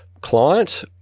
client